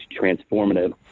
transformative